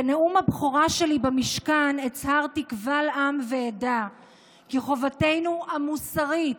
בנאום הבכורה שלי במשכן הצהרתי קבל עם ועדה כי חובתנו המוסרית,